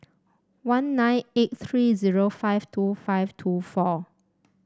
one nine eight three zero five two five two four